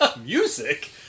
Music